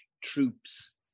troops